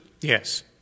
Yes